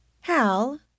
Hal